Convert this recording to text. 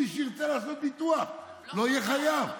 מי שירצה לעשות ביטוח, לא יהיה חייב.